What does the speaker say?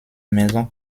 maison